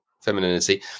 femininity